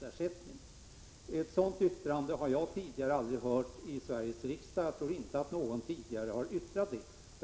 Ett sådant yttrande har jag tidigare aldrig hört i Sveriges riksdag, och jag tror inte att någon tidigare har uttalat sig på det sättet.